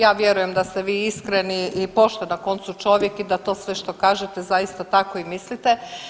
Ja vjerujem da ste vi iskreni i pošten na koncu čovjek i da to sve što kažete zaista tako i mislite.